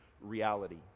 reality